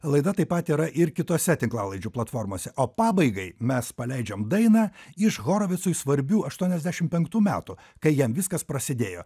laida taip pat yra ir kitose tinklalaidžių platformose o pabaigai mes paleidžiam dainą iš horovicui svarbių aštuoniasdešimt penktų metų kai jam viskas prasidėjo